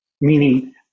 meaning